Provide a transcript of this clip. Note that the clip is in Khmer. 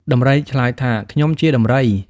ដំរីឆ្លើយថា ខ្ញុំជាដំរី។